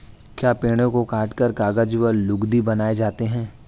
क्या पेड़ों को काटकर कागज व लुगदी बनाए जाते हैं?